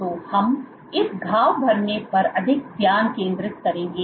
तो हम इस घाव भरने पर अधिक ध्यान केंद्रित करेंगे